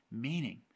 Meaning